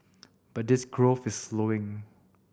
but this growth is slowing